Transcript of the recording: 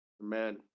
Amen